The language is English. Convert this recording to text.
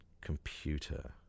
computer